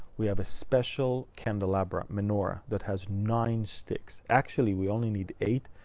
we have a special candelabra, menorah that has nine sticks. actually, we only need eight,